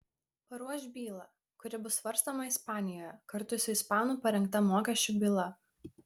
paruoš bylą kuri bus svarstoma ispanijoje kartu su ispanų parengta mokesčių byla